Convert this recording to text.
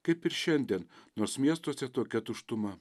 kaip ir šiandien nors miestuose tokia tuštuma